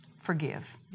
forgive